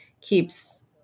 keeps